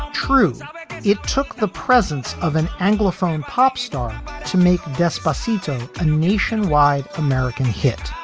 true. it took the presence of an anglophone pop star to make despacito a nationwide american hit.